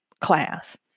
class